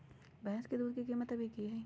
भैंस के दूध के कीमत अभी की हई?